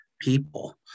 people